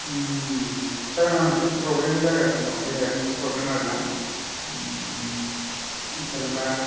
सार आंहा मोनसे प्रब्लेम जागासिनो दं देहायारि मोनसे प्रब्लेम आरो ना जेनेबा